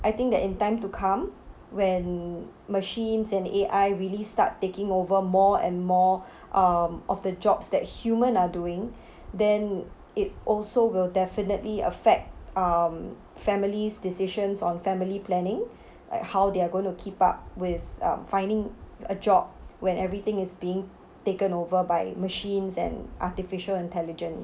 I think that in time to come when machines and A_I really start taking over more and more um of the jobs that human are doing then it also will definitely affect um family's decisions on family planning like how they are going to keep up with um finding a job when everything is being taken over by machines and artificial intelligence